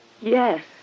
yes